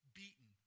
beaten